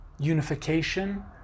unification